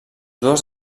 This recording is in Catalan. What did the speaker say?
dues